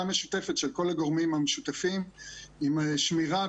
משותפת של כל הגורמים המשותפים עם שמירה,